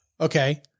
Okay